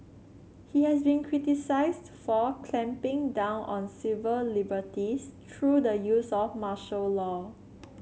he has been criticised for clamping down on civil liberties through the use of martial law